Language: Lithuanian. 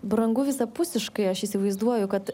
brangu visapusiškai aš įsivaizduoju kad